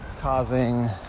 Causing